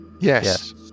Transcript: Yes